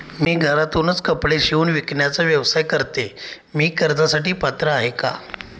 मी घरातूनच कपडे शिवून विकण्याचा व्यवसाय करते, मी कर्जासाठी पात्र आहे का?